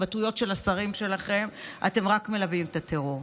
בהתבטאויות של השרים שלכם אתם רק מלבים את הטרור.